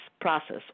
process